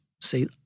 say